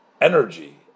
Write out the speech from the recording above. energy